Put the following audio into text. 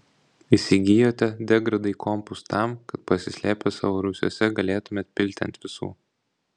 įsigijote degradai kompus tam kad pasislėpę savo rūsiuose galėtumėte pilti ant visų